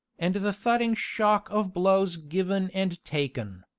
and the thudding shock of blows given and taken.